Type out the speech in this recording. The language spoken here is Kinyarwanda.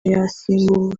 yasimbuwe